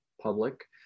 public